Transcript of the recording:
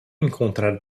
encontrar